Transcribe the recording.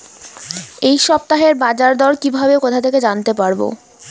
এই সপ্তাহের বাজারদর কিভাবে কোথা থেকে জানতে পারবো?